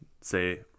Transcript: say